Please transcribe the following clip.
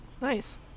Nice